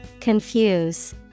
Confuse